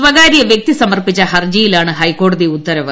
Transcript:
സ്വകാര്യ വ്യക്തി സമർപ്പിച്ച ഹർജിയിലാണ് ഹൈക്കോടതി ഉത്തരവ്